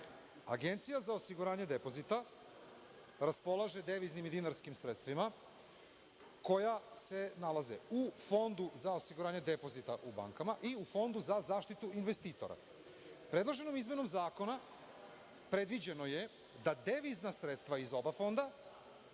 radi. Agencija za osiguranje depozita raspolaže deviznim i dinarskim sredstvima koja se nalaze u Fondu za osiguranje depozita u bankama i u Fondu za zaštitu investitora. Predloženom izmenom zakona predviđeno je da devizna sredstva iz oba fonda